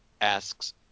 asks